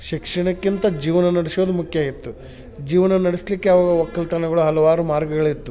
ಶಿಕ್ಷಣಕ್ಕಿಂತ ಜೀವನ ನಡ್ಸೋದ್ ಮುಖ್ಯ ಆಗಿತ್ತು ಜೀವನ ನಡೆಸಲಿಕ್ಕೆ ಅವು ಒಕ್ಕಲತನಗಳು ಹಲವಾರು ಮಾರ್ಗಗಳಿತ್ತು